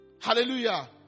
Hallelujah